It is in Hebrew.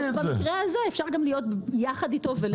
במקרה הזה אפשר להיות יחד איתו.